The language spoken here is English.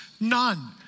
None